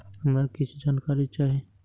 हमरा कीछ जानकारी चाही